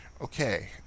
okay